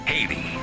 Haiti